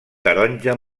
taronja